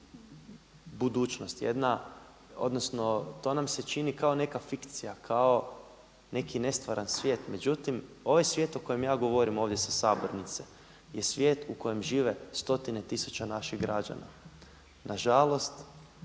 budućnost odnosno to nam se čini kao neka fikcija, kao neki nestvaran svijet. Međutim ovaj svijet o kojem ja govorim ovdje sa sabornice je svijet u kojem žive stotine tisuća naših građana. Nažalost,